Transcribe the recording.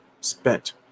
spent